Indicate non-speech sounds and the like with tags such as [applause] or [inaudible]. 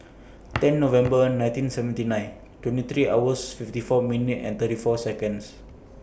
[noise] ten November nineteen seventy nine twenty three hours fifty four minute and thirty four Seconds